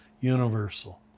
universal